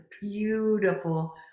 beautiful